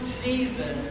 season